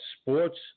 sports